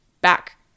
back